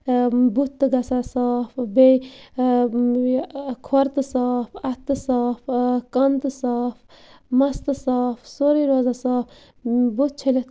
بُتھ تہِ گژھان صاف بیٚیہِ کھۄر تہِ صاف اَتھٕ تہِ صاف کَن تہِ صاف مَس تہٕ صاف سورُے روزان صاف بُتھ چھٔلِتھ